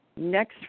Next